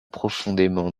profondément